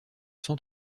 sans